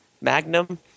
Magnum